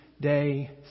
day